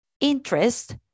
Interest